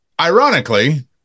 ironically